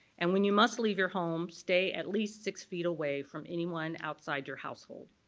and when you must leave your home stay at least six feet away from anyone outside your household.